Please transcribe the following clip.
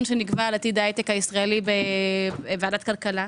שנקבע על עתיד ההייטק הישראלי בוועדת הכלכלה.